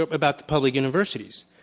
about the public universities.